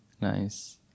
Nice